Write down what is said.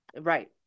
Right